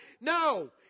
No